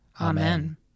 Amen